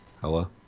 Hello